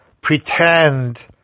pretend